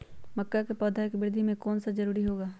मक्का के पौधा के वृद्धि में कौन सा खाद जरूरी होगा?